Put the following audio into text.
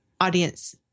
audience